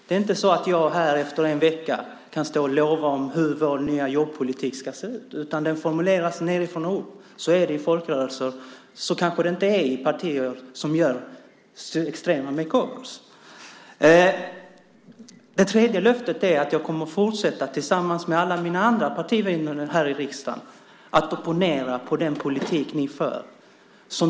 Det är inte så att jag här efter en vecka kan stå och lova hur vår nya jobbpolitik ska se ut, utan den formuleras nedifrån och upp. Så är det i folkrörelser, men det kanske inte är så i partier som gör extrema makeovers . För det tredje kommer jag tillsammans med alla mina andra partivänner här i riksdagen att fortsätta att opponera på den politik ni för.